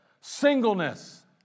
singleness